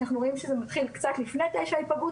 אנחנו רואים שההיפגעות מתחילה קצת לפני גיל 9,